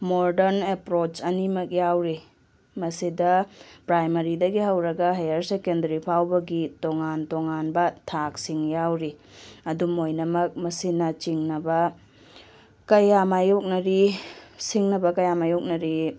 modern approach ꯑꯅꯤꯃꯛ ꯌꯥꯎꯔꯤ ꯃꯁꯤꯗ ꯄ꯭ꯔꯥꯏꯃꯔꯤꯗꯒꯤ ꯍꯧꯔꯒ ꯍꯥꯏꯌꯔ ꯁꯦꯀꯦꯟꯗꯔꯤ ꯐꯥꯎꯕꯒꯤ ꯇꯣꯉꯥꯟ ꯇꯣꯉꯥꯟꯕ ꯊꯥꯛꯁꯤꯡ ꯌꯥꯎꯔꯤ ꯑꯗꯨꯝ ꯑꯣꯏꯅꯃꯛ ꯃꯁꯤꯅ ꯆꯤꯡꯅꯕ ꯀꯌꯥ ꯃꯥꯏꯌꯣꯛꯅꯔꯤ ꯁꯤꯡꯅꯕ ꯀꯌꯥ ꯃꯥꯏꯌꯣꯛꯅꯔꯤ